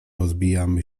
rozbijamy